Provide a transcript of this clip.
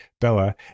Bella